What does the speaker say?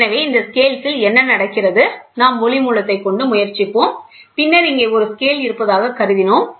எனவே இந்த ஸ்கேல்ஸ் என்ன நடக்கிறது நாம் ஒளி மூலத்தை கொண்டு முயற்சிப்போம் பின்னர் இங்கே ஒரு ஸ்கேல் இருப்பதாக கருதினோம்